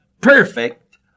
perfect